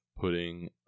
putting